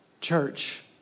Church